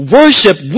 worship